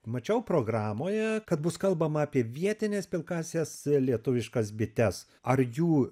mačiau programoje kad bus kalbama apie vietines pilkąsias lietuviškas bites ar jų